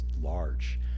large